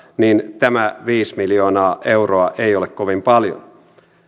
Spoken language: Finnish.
niin tämä viisi miljoonaa euroa ei ole kovin paljon